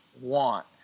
want